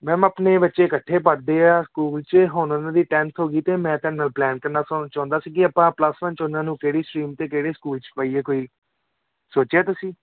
ma'am ਆਪਣੇ ਬੱਚੇ ਇਕੱਠੇ ਪੜ੍ਹਦੇ ਆ ਸਕੂਲ 'ਚ ਹੁਣ ਉਹਨਾਂ ਦੀ ਟੈਂਨਥ ਹੋ ਗਈ ਅਤੇ ਮੈਂ ਤੁਹਾਡੇ ਨਾਲ ਪਲੈਨ ਕਰਨਾ ਚੋ ਚਾਹੁੰਦਾ ਸੀ ਕਿ ਆਪਾਂ ਪਲੱਸ ਵੰਨ 'ਚ ਉਹਨਾਂ ਨੂੰ ਕਿਹੜੀ ਸਟਰੀਮ ਅਤੇ ਕਿਹੜੇ ਸਕੂਲ 'ਚ ਪਾਈਏ ਕੋਈ ਸੋਚਿਆ ਤੁਸੀਂ